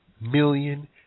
million